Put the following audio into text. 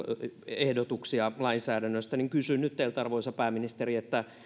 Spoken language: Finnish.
ehdotuksia lainsäännöstä niin kysyn nyt teiltä arvoisa pääministeri